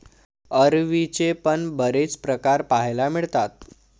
अरवीचे पण बरेच प्रकार पाहायला मिळतात